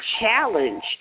challenge